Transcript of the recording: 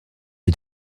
une